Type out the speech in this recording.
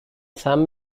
some